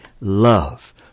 love